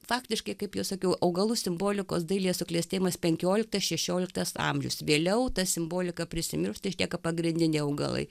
faktiškai kaip jau sakiau augalų simbolikos dailėje suklestėjimas penkioliktas šešioliktas amžius vėliau ta simbolika prisimiršta išlieka pagrindiniai augalai